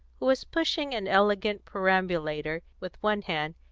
who was pushing an elegant perambulator with one hand,